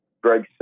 Greg